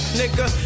nigga